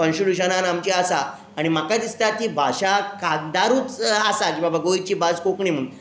कॉन्स्टीट्युशनांत आमची आसा आनी म्हाका दिसता ती भाशा कागदारूच आसा की बाबा गोंयची भास कोंकणी म्हुणोन